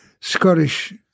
Scottish